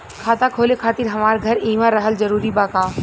खाता खोले खातिर हमार घर इहवा रहल जरूरी बा का?